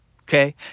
Okay